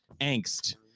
angst